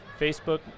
Facebook